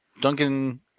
Duncan